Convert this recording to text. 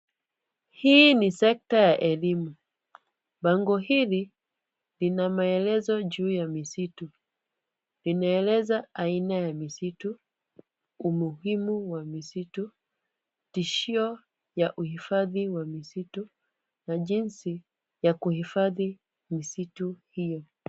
Hii ni sekta ya elimu. Bango hili lina maelezo juu ya misitu. Linaeleza aina ya misitu, umuhimu wa misitu, tishio ya uhifadhi wa misitu na jinsi ya kuhifadhi misitu hio.